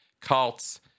cults